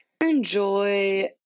enjoy